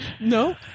no